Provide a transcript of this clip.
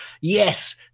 yes